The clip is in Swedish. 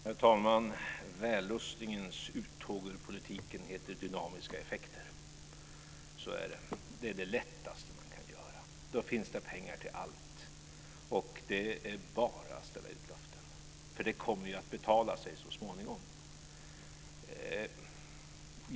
Herr talman! Vällustingens uttåg ur politiken heter dynamiska effekter. Så är det. Det är det lättaste man kan göra. Då finns det pengar till allt, och det är bara att ställa ut löften, eftersom det ju kommer att betala sig så småningom.